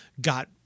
got